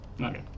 Okay